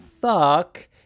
fuck